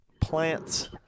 plants